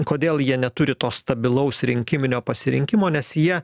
kodėl jie neturi to stabilaus rinkiminio pasirinkimo nes jie